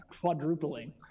quadrupling